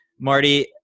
Marty